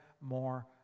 more